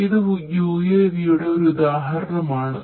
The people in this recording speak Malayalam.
ഇത് UAV യുടെ ഒരു ഉദാഹരണം ആണ്